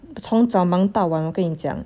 从早忙到晚我跟你讲